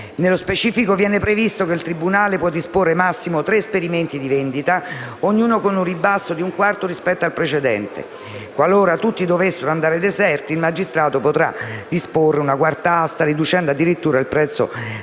Nello specifico viene previsto che il tribunale può disporre massimo tre esperimenti di vendita, ognuno con un ribasso di un quarto rispetto al precedente prezzo. Qualora tutti dovessero andare deserti, il magistrato potrà disporre una quarta asta, facoltativa, riducendo addirittura il prezzo